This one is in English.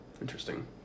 Interesting